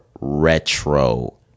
retro